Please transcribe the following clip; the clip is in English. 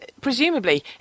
presumably